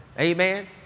Amen